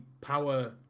power